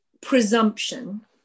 presumption